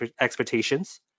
expectations